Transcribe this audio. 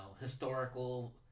historical